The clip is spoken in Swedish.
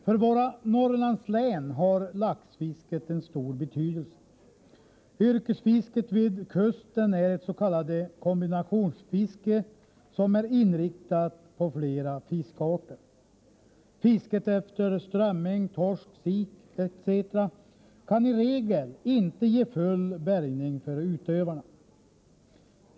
För våra Norrlandslän har laxfisket en stor betydelse. Yrkesfisket vid kusten är ett s.k. kombinationsfiske som är inriktat på flera fiskarter. Fisket efter strömming, torsk, sik etc. kan i regel inte ge full bärgning för utövarna.